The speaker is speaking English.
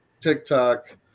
TikTok